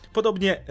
Podobnie